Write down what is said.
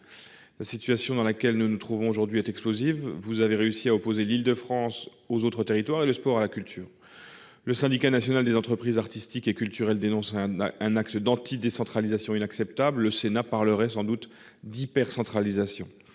La situation dans laquelle nous nous trouvons aujourd'hui est explosive. Vous avez réussi à opposer l'Île-de-France aux autres territoires et le sport à la culture ! Le syndicat national des entreprises artistiques et culturelles dénonce un acte d'« anti-décentralisation » inacceptable. Le Sénat parlerait, sans doute, d'« hypercentralisation